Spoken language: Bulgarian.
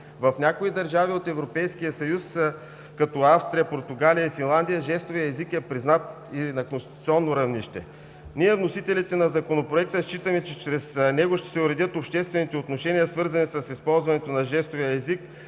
В някои държави от Европейския съюз като Австрия, Португалия, Финландия жестовият език е признат на конституционно равнище. Ние, вносителите на Законопроекта, считаме, че чрез него ще се уредят обществените отношения, свързани с използването на жестовия език